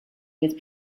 with